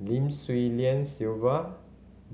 Lim Swee Lian Sylvia